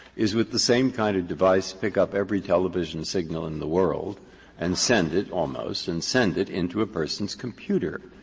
is with the same kind of device pick up every television signal in the world and send it, almost, and send it into a person's computer.